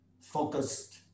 focused